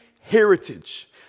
heritage